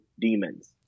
demons